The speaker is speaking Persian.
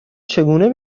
چگونه